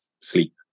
sleep